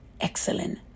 excellent